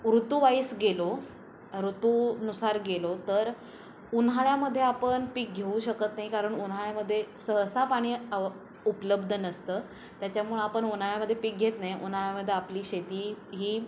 ऋतूवाईस गेलो ऋतूनुसार गेलो तर उन्हाळ्यामध्ये आपण पीक घेऊ शकत नाही कारण उन्हाळ्यामध्ये सहसा पाणी अव उपलब्ध नसतं त्याच्यामुळं आपण उन्हाळ्यामध्ये पीक घेत नाही उन्हाळ्यामध्ये आपली शेती ही